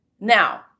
Now